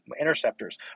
interceptors